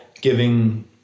giving